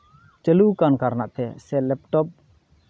ᱪᱟᱞᱩᱣ ᱠᱟᱱ ᱠᱟᱨᱚᱱᱟᱜ ᱛᱮ ᱥᱮ ᱞᱮᱯᱴᱚᱯ